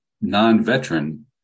non-veteran